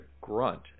grunt